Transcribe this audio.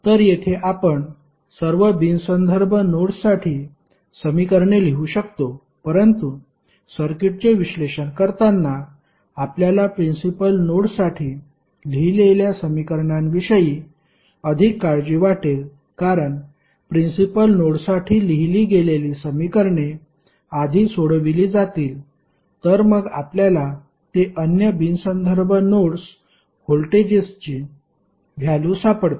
तर येथे आपण सर्व बिन संदर्भ नोड्ससाठी समीकरणे लिहू शकतो परंतु सर्किटचे विश्लेषण करताना आपल्याला प्रिंसिपल नोड्ससाठी लिहिलेल्या समीकरणांविषयी अधिक काळजी वाटेल कारण प्रिंसिपल नोडसाठी लिहिली गेलेली समीकरणे आधी सोडविली जातील तर मग आपल्याला ते अन्य बिन संदर्भ नोड्स व्होल्टेजेसची व्हॅल्यु सापडतील